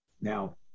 Now